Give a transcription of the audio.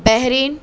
Bahrain